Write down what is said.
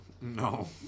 No